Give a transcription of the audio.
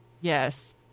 Yes